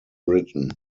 britain